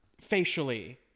facially